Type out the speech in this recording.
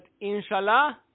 Inshallah